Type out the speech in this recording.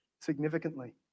significantly